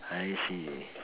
I see